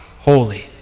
holy